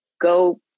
go